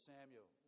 Samuel